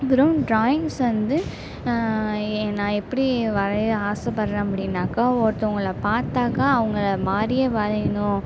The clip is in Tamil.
அப்புறம் ட்ராயிங்ஸ் வந்து நான் எப்படி வரைய ஆசைப்பட்றேன் அப்படின்னாக்கா ஒருத்தவங்கள பார்த்தாக்க அவங்கள மாதிரியே வரையணும்